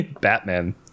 Batman